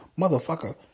Motherfucker